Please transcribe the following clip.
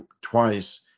twice